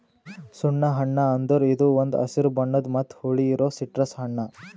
ಸುಣ್ಣ ಹಣ್ಣ ಅಂದುರ್ ಇದು ಒಂದ್ ಹಸಿರು ಬಣ್ಣದ್ ಮತ್ತ ಹುಳಿ ಇರೋ ಸಿಟ್ರಸ್ ಹಣ್ಣ